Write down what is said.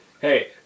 Hey